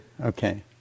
okay